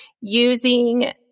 Using